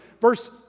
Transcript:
Verse